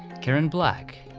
karen black.